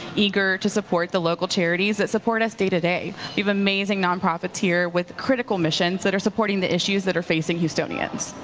eager to support the local charities that support us day to day. we have amazing nonprofits here with critical missions that are supporting the issues that are facing houstonians.